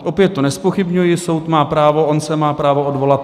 Opět to nezpochybňuji, soud má právo on se má právo odvolat atd.